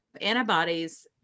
antibodies